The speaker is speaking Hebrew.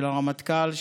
של הרמטכ"ל,